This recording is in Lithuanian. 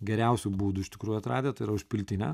geriausių būdų iš tikrųjų atradę tai yra užpiltinę